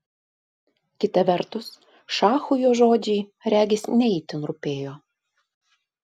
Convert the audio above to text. kita vertus šachui jo žodžiai regis ne itin rūpėjo